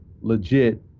legit